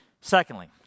Secondly